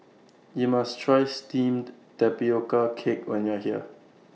YOU must Try Steamed Tapioca Cake when YOU Are here